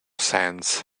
sands